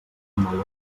meló